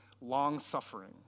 long-suffering